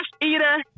eater